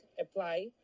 apply